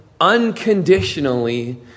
unconditionally